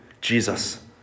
Jesus